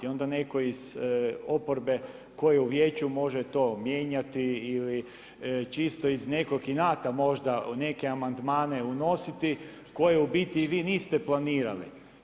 I onda netko iz oporbe tko je u vijeću može to mijenjati ili čisto iz nekog inata možda, neke amandmane unositi koje u biti i vi niste planirali.